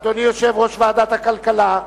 אדוני יושב-ראש ועדת הכלכלה,